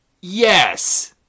Yes